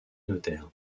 notaire